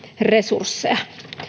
resursseja